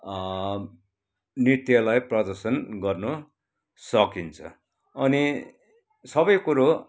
नृत्यलाई प्रदर्शन गर्नु सकिन्छ अनि सबै कुरो